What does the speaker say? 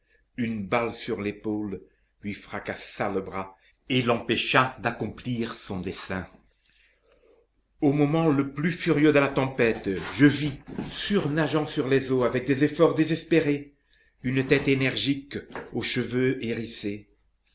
une balle sur l'épaule lui fracassât le bras et l'empêchât d'accomplir son dessein au moment le plus furieux de la tempête je vis surnageant sur les eaux avec des efforts désespérés une tête énergique aux cheveux hérissés